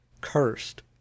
Cursed